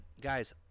guys